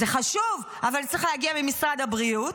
-- זה חשוב, אבל זה צריך להגיע ממשרד הבריאות,